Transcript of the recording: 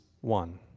one